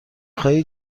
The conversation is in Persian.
خواهی